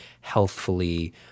healthfully